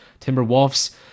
Timberwolves